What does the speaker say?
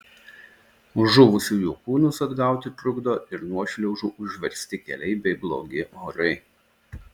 žuvusiųjų kūnus atgauti trukdo ir nuošliaužų užversti keliai bei blogi orai